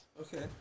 Okay